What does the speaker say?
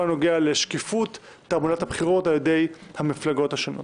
הנוגע לשקיפות תעמולת הבחירות על ידי המפלגות השונות.